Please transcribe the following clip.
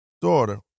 daughter